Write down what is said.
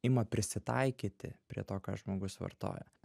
ima prisitaikyti prie to ką žmogus vartoja